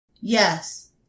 Yes